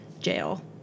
Jail